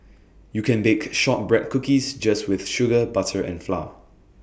you can bake Shortbread Cookies just with sugar butter and flour